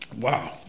Wow